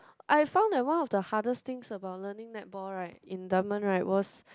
I found that one of the hardest things about learning netball right in Dunman right was